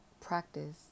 practice